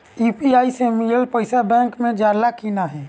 UPI से मिलल पईसा बैंक मे जाला की नाहीं?